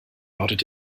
lautet